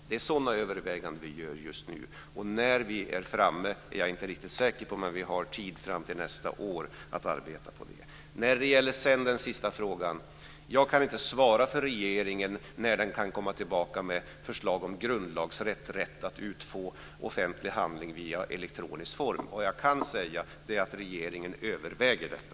Det är sådana överväganden som vi gör just nu. Jag är inte riktigt säker på när vi är framme, men vi har tid fram till nästa år att arbeta med detta. Angående den sista frågan så kan inte jag svara för regeringen om när den kan komma tillbaka med förslag om grundlagsrätt och rätt att utfå offentlig handling via elektronisk form. Vad jag kan säga är att regeringen överväger detta.